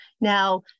Now